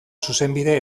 zuzenbide